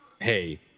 Hey